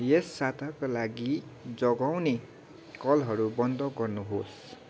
यस साताका लागि जगाउने कलहरू बन्द गर्नुहोस्